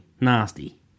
Nasty